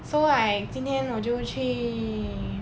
so I 今天我就去